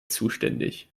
zuständig